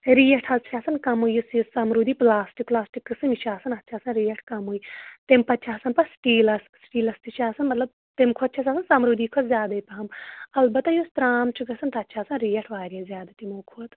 rate حظ چھِ آسن کَمٕے یُس یہِ سَمروٗدی پٕلاسٹِک وٕلاسٹِک قٕسٕم یہِ چھِ آسن اَتھ چھِ آسن ریٹ کَمٕے تمہِ پَتہٕ چھِ آسن پَتہٕ سٹیٖلَس سِٹیٖلَس تہِ چھِ آسن مطلب تمہِ کھۄتہٕ چھَس آسن سَمروٗدی کھۄتہٕ زیادَے پَہَم البتہ یُس ترٛام چھُ گژھن تَتھ چھِ آسن ریٹ واریاہ زیادٕ تِمو کھۄتہٕ